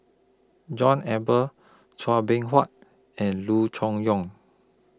John Eber Chua Beng Huat and Loo Choon Yong